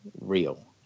real